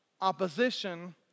opposition